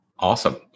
Awesome